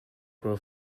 grow